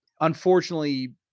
unfortunately